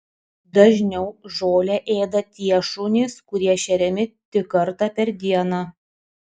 dažniau žolę ėda tie šunys kurie šeriami tik kartą per dieną